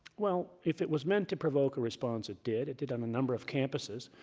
well, if it was meant to provoke a response, it did. it did on a number of campuses.